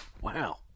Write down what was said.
Wow